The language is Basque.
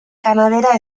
kanabera